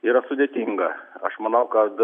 yra sudėtinga aš manau kad